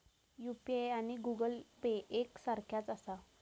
UPI आणि Google Pay एक सारख्याच आसा?